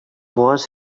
was